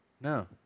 No